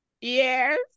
Yes